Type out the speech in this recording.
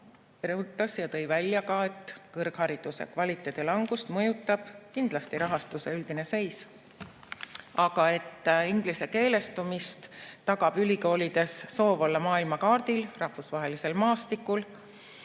rõhutas ja tõi välja, et kõrghariduse kvaliteedi langust mõjutab kindlasti rahastuse üldine seis. Aga ingliskeelestumise tagab ülikoolide soov olla maailmakaardil, rahvusvahelisel maastikul,